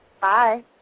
Bye